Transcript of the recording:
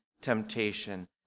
temptation